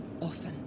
often